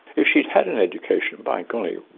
if she had had an education, by golly,